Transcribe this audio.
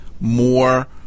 more